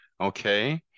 Okay